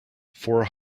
four